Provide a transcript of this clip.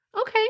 Okay